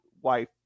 wife